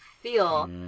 feel